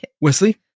Wesley